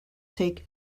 take